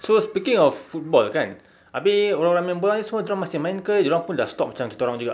so speaking of football kan abeh orang-orang main bola ni semua dorang masih main ke dorang pun dah stop macam kita orang juga